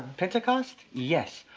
pentecost? yes,